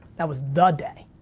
that was the day,